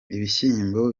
ibyishimo